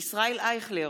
ישראל אייכלר,